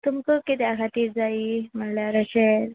तुमकां किद्या खातीर जायी म्हणल्यार अशें